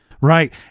Right